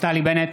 נפתלי בנט,